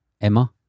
Emma